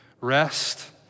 Rest